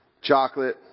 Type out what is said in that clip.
chocolate